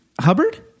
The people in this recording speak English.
hubbard